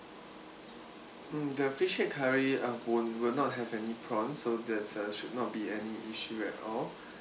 mm the fish head curry uh won't will not have any prawn so that's uh should not be any issue at all